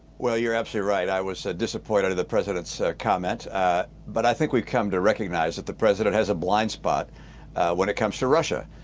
well, you're absolutely right. i was disappointed in the president's comment but i think we've come to recognize the president has a blind spot when it comes to russia.